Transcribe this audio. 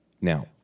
Now